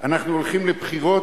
אנחנו הולכים לבחירות,